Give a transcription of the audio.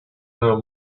know